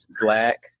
black